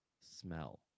smell